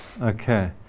Okay